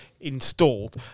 installed